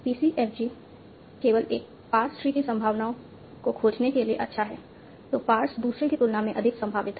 PCFG केवल एक parse tree की संभावना को खोजने के लिए अच्छा है जो पार्स दूसरे की तुलना में अधिक संभावित है